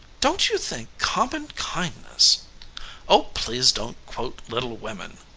don't you think common kindness oh, please don't quote little women!